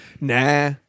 Nah